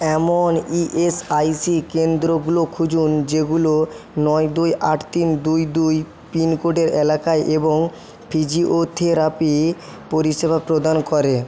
এমন ইএসআইসি কেন্দ্রগুলো খুঁজুন যেগুলো নয় দুই আট তিন দুই দুই পিন কোডের এলাকায় এবং ফিজিওথেরাপি পরিষেবা প্রদান করে